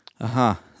Aha